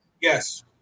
Yes